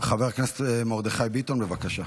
חבר הכנסת מרדכי ביטון, בבקשה.